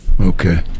Okay